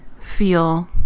feel